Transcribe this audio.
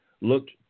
looked